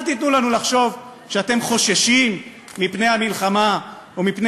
אל תיתנו לנו לחשוב שאתם חוששים מפני המלחמה או מפני